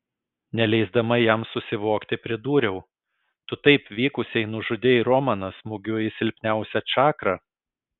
neleisdama jam susivokti pridūriau tu taip vykusiai nužudei romaną smūgiu į silpniausią čakrą